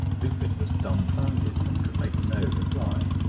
lupin was dumbfounded, and could make no reply.